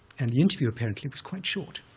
and the interview, apparently, was quite short.